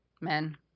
men